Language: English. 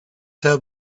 have